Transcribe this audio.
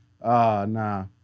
Nah